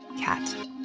CAT